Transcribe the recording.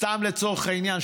סתם לצורך העניין,